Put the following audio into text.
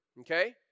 Okay